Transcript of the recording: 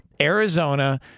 Arizona